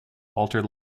altered